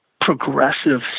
progressive